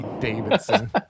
Davidson